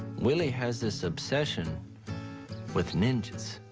willie has this obsession with ninjas.